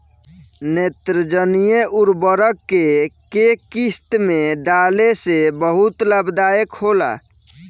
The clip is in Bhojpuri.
नेत्रजनीय उर्वरक के केय किस्त में डाले से बहुत लाभदायक होला?